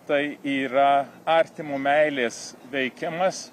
tai yra artimo meilės veikiamas